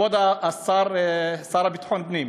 כבוד השר, השר לביטחון הפנים,